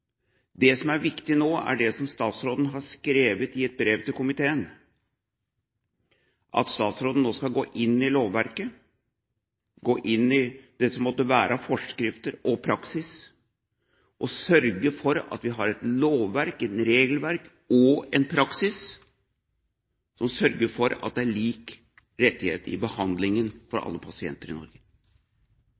Det som er viktig nå, er det som statsråden har skrevet i et brev til komiteen, at statsråden nå skal gå inn i lovverket, gå inn i det som måtte være av forskrifter og praksis, og sørge for at vi har et lovverk, et regelverk og en praksis som sørger for at det er lik rettighet i behandlingen av alle pasienter i Norge.